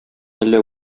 әллә